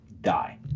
die